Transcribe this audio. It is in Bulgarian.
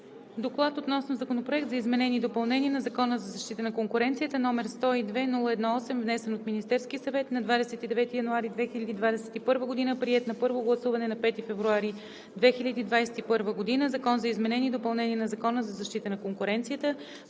„Доклад относно Законопроект за изменение и допълнение на Закона за защита на конкуренцията, № 102-01-8, внесен от Министерския съвет на 29 януари 2021 г., приет на първо гласуване на 5 февруари 2021 г.“ „Закон за изменение и допълнение на Закона за защита на конкуренцията.“